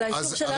אבל האישור שלנו.